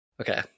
Okay